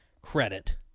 credit